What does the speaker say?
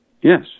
Yes